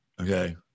okay